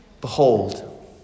Behold